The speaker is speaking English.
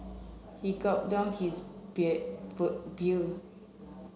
he gulped down his beer